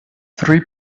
three